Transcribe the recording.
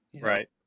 right